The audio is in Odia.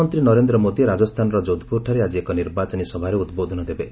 ପ୍ରଧାନମନ୍ତ୍ରୀ ନରେନ୍ଦ୍ର ମୋଦି ରାଜସ୍ଥାନର ଯୋଧପ୍ରରଠାରେ ଆଜି ଏକ ନିର୍ବାଚନୀ ସଭାରେ ଉଦ୍ବୋଧନ ଦେବେ